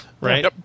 Right